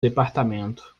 departamento